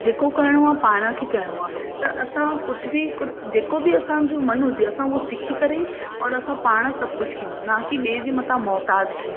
जेको करिणो आहे पाण खे करिणो आहे त असां कुझु बि कुझु जेको बि असांजो मनु हुजे असां उहो सिखी करे और असां पाण सभु कुझु कयूं नाकी ॿिए जे मथां मोहताज़ ठहियूं